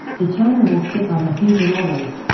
the toner will stick on the fuser rollers,